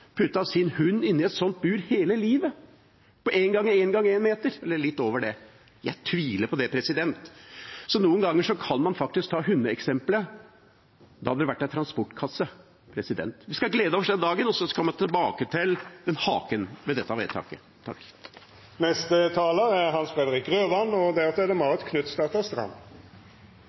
puttet sin hund inn i et bur på 1 x 1 x 1 meter – eller litt over det – for hele livet? Jeg tviler på det. Noen ganger kan man faktisk ta hundeeksemplet – da hadde det vært en transportkasse. Vi skal glede oss over denne dagen, og så kommer jeg tilbake til haken ved dette vedtaket. Det er nødvendig å understreke at det er